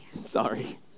Sorry